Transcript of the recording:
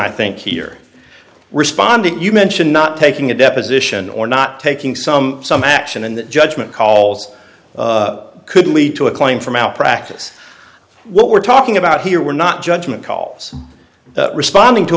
i think here respondent you mentioned not taking a deposition or not taking some some action and that judgment calls could lead to a claim for malpractise what we're talking about here were not judgement calls responding to